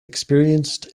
experienced